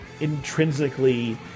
intrinsically